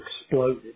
exploded